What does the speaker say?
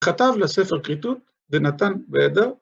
כתב לה ספר כריתות ונתן בידה.